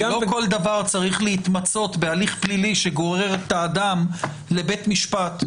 שלא כל דבר צריך להתמצות בהליך פלילי שגורר את האדם לבית המשפט.